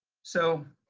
so,